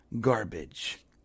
garbage